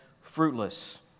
fruitless